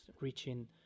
reaching